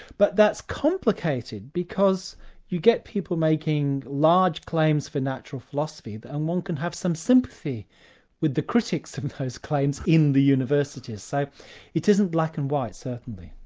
but that's complicated, because you get people making large claims for natural philosophy, and one can have some sympathy with the critics of those claims in the universities, so it isn't black and white, certainly.